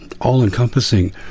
all-encompassing